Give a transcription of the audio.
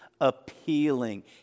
appealing